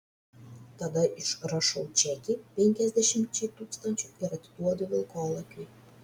tada išrašau čekį penkiasdešimčiai tūkstančių ir atiduodu vilkolakiui